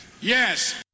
yes